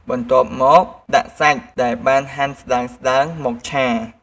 បន្ទាប់មកដាក់សាច់ដែលបានហាន់ស្តើងៗ មកឆា។